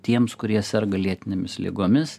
tiems kurie serga lėtinėmis ligomis